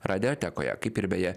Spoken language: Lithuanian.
radiotekoje kaip ir beje